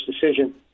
decision